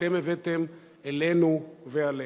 שאתם הבאתם אלינו ועלינו.